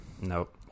Nope